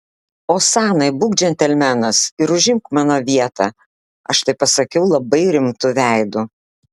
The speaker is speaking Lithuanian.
osanai būk džentelmenas ir užimk mano vietą aš tai pasakiau labai rimtu veidu